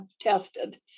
tested